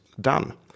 done